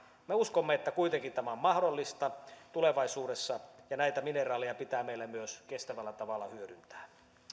me uskomme että kuitenkin tämä on mahdollista tulevaisuudessa ja näitä mineraaleja pitää meillä kestävällä tavalla hyödyntää